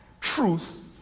truth